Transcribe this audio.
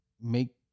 make